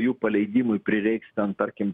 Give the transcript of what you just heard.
jų paleidimui prireiks ten tarkim